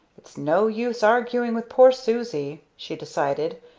it's no use arguing with poor susie! she decided.